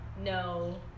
no